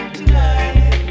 tonight